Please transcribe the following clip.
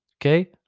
Okay